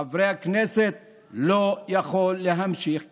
חברי הכנסת, זה לא יכול להמשיך ככה.